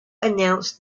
announce